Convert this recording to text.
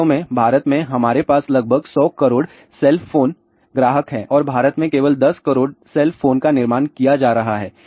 वास्तव में भारत में हमारे पास लगभग 100 करोड़ सेल फोन ग्राहक हैं और भारत में केवल 10 करोड़ सेल फोन का निर्माण किया जा रहा है